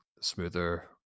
smoother